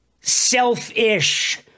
selfish